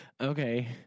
Okay